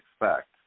expect